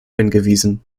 hingewiesen